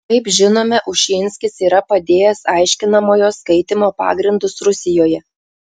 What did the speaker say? kaip žinome ušinskis yra padėjęs aiškinamojo skaitymo pagrindus rusijoje